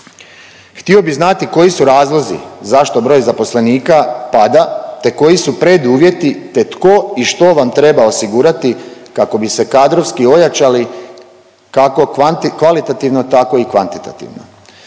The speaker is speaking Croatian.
Htio bih znati koji su razlozi zašto broj zaposlenik pada te koji su preduvjeti te tko i što vam treba osigurati kako bi se kadrovski ojačali, kako kvalitativno, tako i kvantitativno?